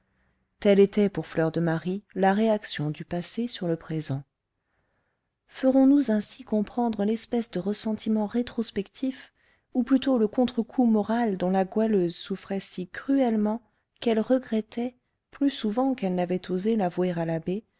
telle était pour fleur de marie la réaction du passé sur le présent ferons-nous ainsi comprendre l'espèce de ressentiment rétrospectif ou plutôt le contrecoup moral dont la goualeuse souffrait si cruellement qu'elle regrettait plus souvent qu'elle n'avait osé l'avouer à l'abbé de